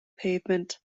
pavement